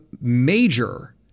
major